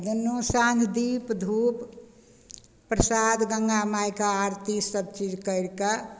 आओरक दुनू साँझ दीप धूप प्रसाद गंगा मायके आरती सबचीज करि कऽ